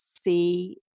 see